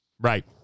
Right